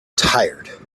tired